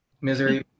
Misery